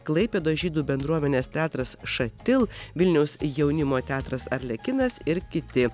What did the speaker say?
klaipėdos žydų bendruomenės teatras šatil vilniaus jaunimo teatras arlekinas ir kiti